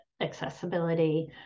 accessibility